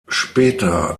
später